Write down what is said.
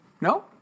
No